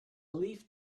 leaf